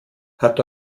hat